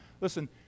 Listen